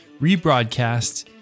rebroadcast